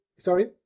Sorry